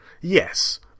Yes